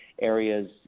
areas